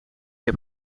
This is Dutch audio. heb